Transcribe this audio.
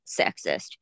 sexist